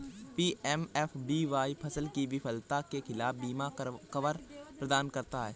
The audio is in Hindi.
पी.एम.एफ.बी.वाई फसल की विफलता के खिलाफ बीमा कवर प्रदान करता है